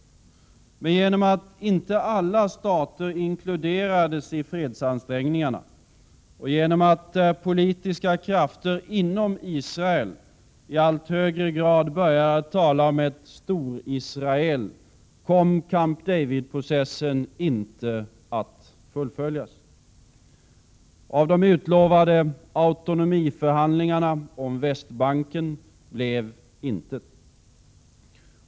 Men genom att inte alla stater inkluderades i fredsansträngningarna och genom att politiska krafter inom Israel i allt högre grad började att tala om ett ”Storisrael” kom Camp David-processen inte att fullföljas. Av de utlovade autonomiförhandlingarna om Västbanken blev intet.